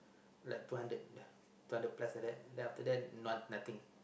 like two hundred two hundred plus like that then after that nothing